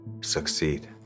succeed